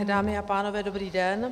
Dámy a pánové, dobrý den.